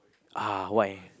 ah why